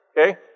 okay